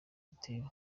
biteye